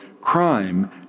crime